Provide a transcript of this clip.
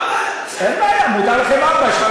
חלק גדול מהמעבר הזה אפשר גם למנוע לפני שהוא מתרחש על